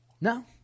No